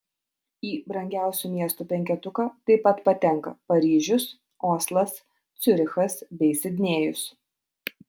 į brangiausių miestų penketuką taip pat patenka paryžius oslas ciurichas bei sidnėjus